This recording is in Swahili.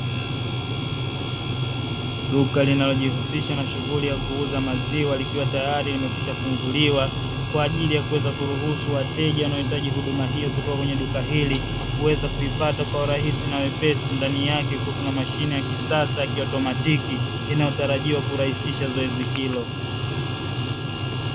Duka linalojihusisha na shughuli ya kuuza maziwa, likiwa tayari limekwishafunguliwa; kwa ajili ya kuweza kuruhusu wateja wanaohitaji huduma hiyo kutoka kwenye duka hili, kuweza kuipata kwa urahisi na wepesi. Ndani yake kukiwa kuna mashine ya kisasa ya kiautomatiki, inayotarajiwa kurahisisha zoezi hilo.